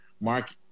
Mark